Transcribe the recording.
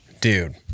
Dude